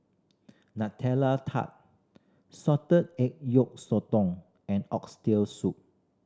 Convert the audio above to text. Nutella Tart salted egg yolk sotong and Oxtail Soup